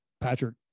Patrick